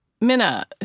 Minna